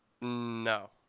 No